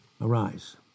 Arise